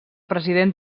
president